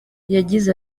yagize